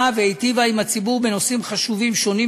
והיטיבה עם הציבור בנושאים חשובים שונים,